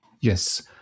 Yes